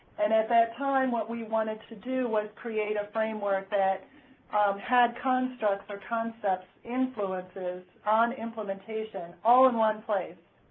and at that time what we wanted to do was create a framework that had constructs or concepts, influences on implementation, all in one place.